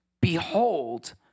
Behold